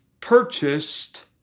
purchased